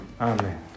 Amen